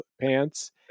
pants